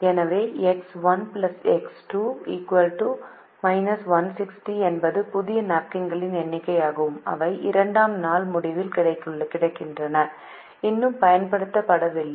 எனவே x 1 x 2−160 என்பது புதிய நாப்கின்களின் எண்ணிக்கையாகும் அவை 2 ஆம் நாள் முடிவில் கிடைக்கின்றன இன்னும் பயன்படுத்தப்படவில்லை